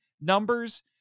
numbers